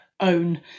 own